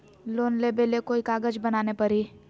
Loan लेबे ले कोई कागज बनाने परी?